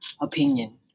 opinion